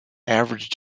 averaged